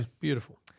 beautiful